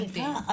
סליחה,